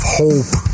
hope